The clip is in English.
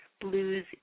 Blues